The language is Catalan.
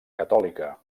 catòlica